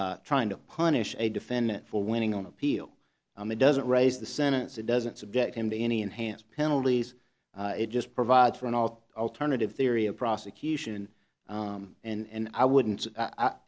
trying to punish a defendant for winning on appeal it doesn't raise the sentence it doesn't subject him to any enhanced penalties it just provides for an all alternative theory of prosecution and i wouldn't